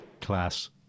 Class